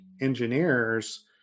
engineers